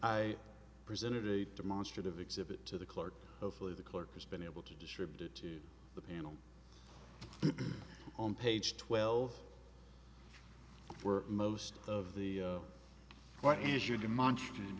i presented a demonstrative exhibit to the clerk hopefully the clerk has been able to distribute to the panel on page twelve for most of the what is your demonstrative